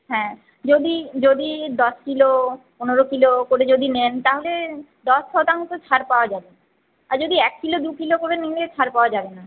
হ্য়াঁ যদি যদি দশ কিলো পনেরো কিলো করে যদি নেন তা হলে দশ শতাংশ ছাড় পাওয়া যাবে আর যদি এক কিলো দুই কিলো করে নিলে ছাড় পাওয়া যাবে না